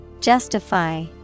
Justify